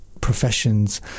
professions